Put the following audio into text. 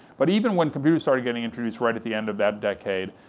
but even when computers started getting introduced right at the end of that decade,